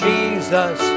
Jesus